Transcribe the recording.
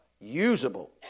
usable